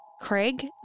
Craig